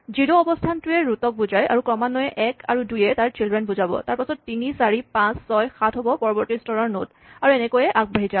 zero অৱস্হানটোৱে root ক বুজায় আৰু ক্ৰমান্বয়ে এক আৰু দুয়ে তাৰ চিল্ড্ৰেন বুজাব তাৰপাচত তিনি চাৰি পাঁচ ছয় সাত হ'ব পৰবৰ্তী স্তৰৰ নড আৰু এনেকৈয়ে আগবাঢ়ি যাব